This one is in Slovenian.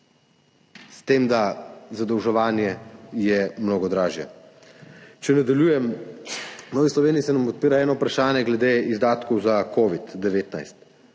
s tem da je zadolževanje mnogo dražje. Če nadaljujem. V Novi Sloveniji se nam odpira eno vprašanje glede izdatkov za covid-19.